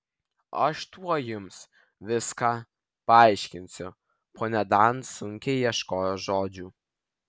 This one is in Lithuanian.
aš tuoj jums viską paaiškinsiu ponia dan sunkiai ieškojo žodžių